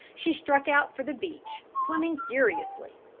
she struck out for the beach, swimming furiously.